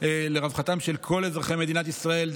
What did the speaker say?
לרווחתם של כל אזרחי מדינת ישראל,